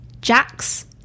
Jack's